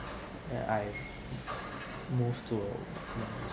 I moved to